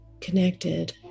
connected